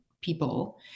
people